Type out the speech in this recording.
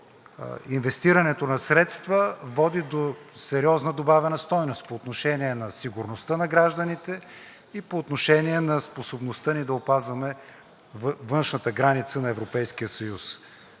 инвестирането на средства води до сериозна добавена стойност по отношение на сигурността на гражданите и по отношение на способността ни да опазваме външната граница на Европейския съюз.